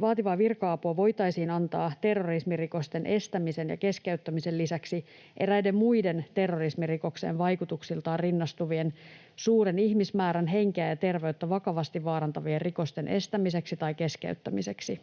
vaativaa virka-apua voitaisiin antaa terrorismirikosten estämisen ja keskeyttämisen lisäksi eräiden muiden terrorismirikokseen vaikutuksiltaan rinnastuvien, suuren ihmismäärän henkeä ja terveyttä vakavasti vaarantavien rikosten estämiseksi tai keskeyttämiseksi.